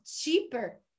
cheaper